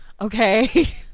okay